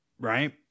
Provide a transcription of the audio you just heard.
right